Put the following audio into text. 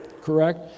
correct